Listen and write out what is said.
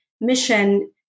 mission